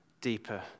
deeper